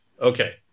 Okay